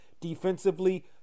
defensively